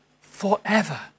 forever